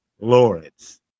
Lawrence